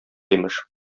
имеш